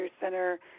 Center